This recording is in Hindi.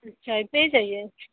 अच्छा इतनी ही चाहिए